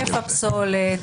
היקף הפסולת,